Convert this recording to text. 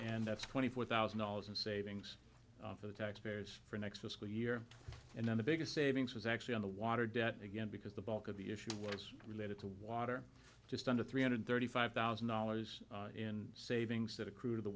that's twenty four thousand dollars of savings for the taxpayers for next fiscal year and then the biggest savings was actually on the water debt again because the bulk of the issue was related to water just under three hundred thirty five thousand dollars in savings that accrue to the